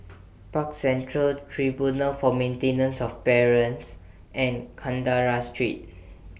Park Central Tribunal For Maintenance of Parents and Kandahar Street